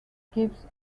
gives